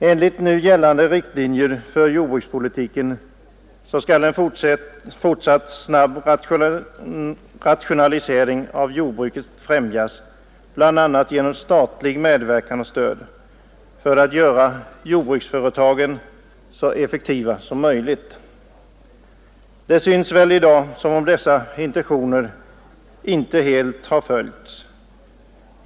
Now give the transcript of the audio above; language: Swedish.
Enligt nu gällande riktlinjer för jordbrukspolitiken skall en fortsatt snabb rationalisering av jordbruket främjas, bl.a. genom statens medverkan och stöd, för att jordbruksföretagen skall göras så effektiva som möjligt. Det synes väl i dag som om dessa intentioner inte helt har följts.